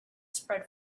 spread